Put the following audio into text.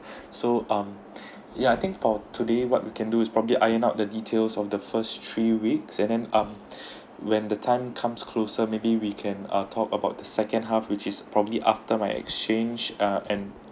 so um yeah I think for today what we can do is probably iron out the details of the first three weeks and then um when the time comes closer maybe we can ah talk about the second half which is probably after my exchange ah and